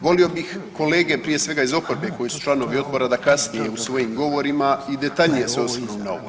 Volio bih kolege prije svega iz oporbe koji su članovi odbora da kasnije u svojim govorima i detaljnije se osvrnu na ovo.